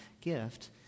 gift